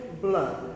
blood